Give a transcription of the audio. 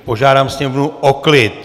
Požádám sněmovnu o klid!